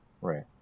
right